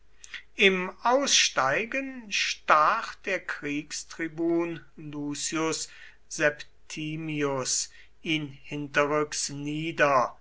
im aussteigen stach der kriegstribun lucius septimius ihn hinterrücks nieder